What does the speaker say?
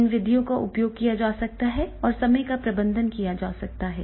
इन विधियों का उपयोग किया जा सकता है और समय का प्रबंधन किया जा सकता है